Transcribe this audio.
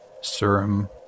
Serum